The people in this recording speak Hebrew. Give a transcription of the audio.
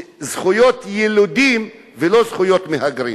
זכויות ילידים ולא זכויות מהגרים.